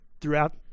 throughout